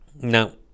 No